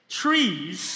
trees